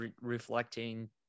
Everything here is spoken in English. reflecting